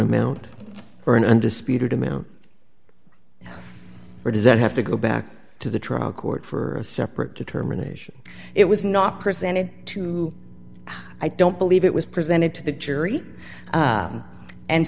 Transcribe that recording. amount or an undisputed amount or does that have to go back to the trial court for a separate determination it was not presented to i don't believe it was presented to the jury